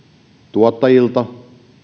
tuottajilta ja